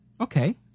Okay